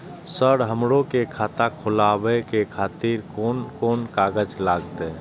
Sir हमरो के खाता खोलावे के खातिर कोन कोन कागज लागते?